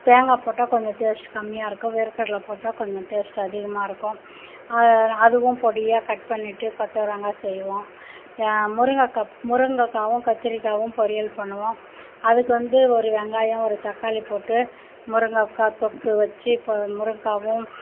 தேங்காய் போட்டால் கொஞ்சம் டேஸ்ட் கம்மியாக இருக்கும் வேர் கடலை போட்டால் கொஞ்சம் டேஸ்ட் அதிகமாக இருக்கும் அதுவும் பொடியாக கட் பண்ணிவிட்டு கொத்தவரங்காய் செய்வோம் முருங்கை காய் முருங்கை காயும் கத்திரி காயும் பொரியல் பண்ணுவோம் அதுக்கு வந்து ஒரு வெங்காயம் ஒரு தக்காளி போட்டு முருங்கை காய் தொக்கு வச்சு இப்போ முருங்கை காயும்